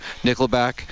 Nickelback